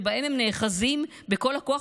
שבהם הם נאחזים בכל הכוח,